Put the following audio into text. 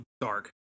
dark